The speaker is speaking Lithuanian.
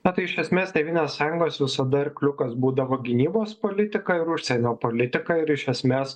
na tai iš esmės tėvynės sąjungos visada arkliukas būdavo gynybos politika ir užsienio politika ir iš esmės